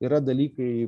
yra dalykai